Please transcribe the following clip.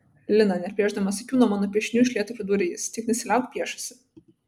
lina neatplėšdamas akių nuo mano piešinių iš lėto pridūrė jis tik nesiliauk piešusi